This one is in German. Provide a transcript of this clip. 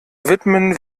widmen